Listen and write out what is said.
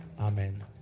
Amen